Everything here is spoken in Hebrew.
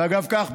ואגב כך,